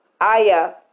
Aya